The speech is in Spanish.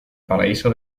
paraíso